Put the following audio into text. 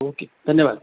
okay धन्यवाद